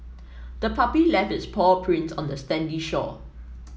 the puppy left its paw prints on the sandy shore